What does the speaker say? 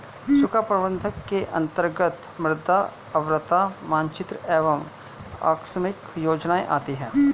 सूखा प्रबंधन के अंतर्गत मृदा उर्वरता मानचित्र एवं आकस्मिक योजनाएं आती है